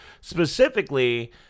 specifically